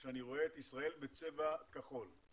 שאני רואה את ישראל בצבע כחול,